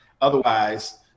otherwise